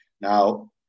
Now